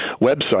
website